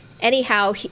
Anyhow